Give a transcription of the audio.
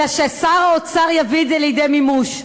אלא ששר האוצר יביא את זה לידי מימוש.